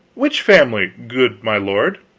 which family, good my lord?